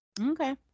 Okay